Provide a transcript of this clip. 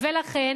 לכן